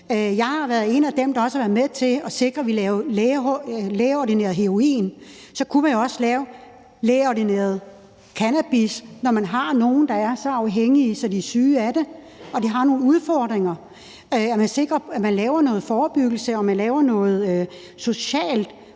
Jeg er jo også en af dem, der har været med til at sikre, at vi lavede lægeordineret heroin, og så kunne man jo også lave lægeordineret cannabis, når man har nogle, der er så afhængige, at de er syge af det. De har nogle udfordringer, men man kan sikre, at man laver noget forebyggelse, og at man laver noget socialt,